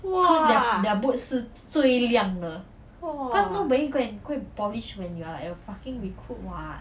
!wah! !wah!